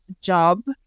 job